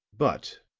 but,